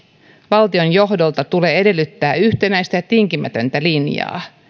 valtionjohdolta tulee edellyttää yhtenäistä ja tinkimätöntä linjaa